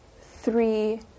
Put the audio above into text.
three